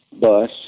bus